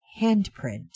handprint